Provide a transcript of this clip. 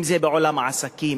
אם זה בעולם העסקים,